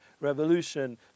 revolution